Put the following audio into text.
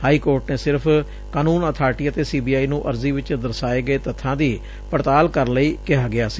high court ਨੇ ਸਿਰਫ਼ ਕਾਨੂੰਨ ਅਬਾਰਟੀ ਅਤੇ ਸੀ ਬੀ ਆਈ ਨੂੰ ਅਰਜ਼ੀ ਵਿਚ ਦਰਸਾਏ ਗਏ ਤੱਬਾਂ ਦੀ ਪੜਤਾਲ ਕਰਨ ਲਈ ਕਿਹਾ ਗਿਆ ਸੀ